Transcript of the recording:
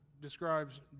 describes